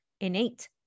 innate